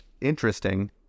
interesting